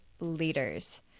Leaders